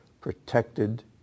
protected